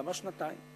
למה שנתיים?